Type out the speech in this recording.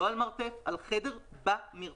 לא על מרתף על חדר במרפאה.